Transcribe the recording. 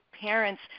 parents